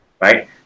right